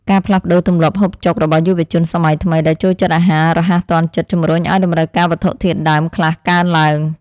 ការផ្លាស់ប្តូរទម្លាប់ហូបចុករបស់យុវជនសម័យថ្មីដែលចូលចិត្តអាហាររហ័សទាន់ចិត្តជម្រុញឱ្យតម្រូវការវត្ថុធាតុដើមខ្លះកើនឡើង។